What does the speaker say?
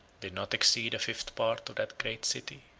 did not exceed a fifth part of that great city.